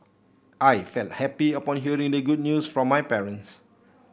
I felt happy upon hearing the good news from my parents